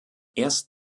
erst